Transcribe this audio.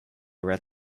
red